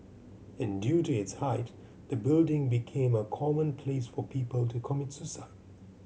and due to its height the building became a common place for people to commit suicide